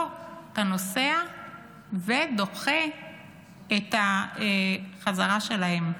לא, אתה נוסע ודוחה את החזרה שלהם.